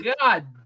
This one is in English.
God